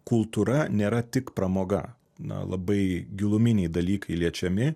kultūra nėra tik pramoga na labai giluminiai dalykai liečiami